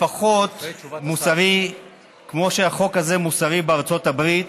לפחות מוסרי כמו שהחוק הזה מוסרי בארצות הברית,